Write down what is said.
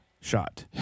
shot